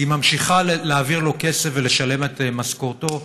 היא ממשיכה להעביר לו כסף ולשלם את משכורתו.